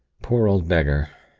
poor old beggar!